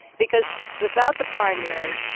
because without the primary,